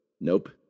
Nope